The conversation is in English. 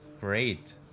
Great